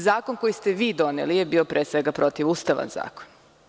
Zakon koji ste vi doneli je bio, pre svega, protivustavan zakon.